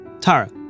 Tara